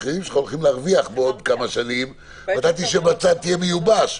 השכנים שלך הולכים להרוויח בעוד כמה שנים ואתה תשב בצד ותהיה מיובש.